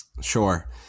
Sure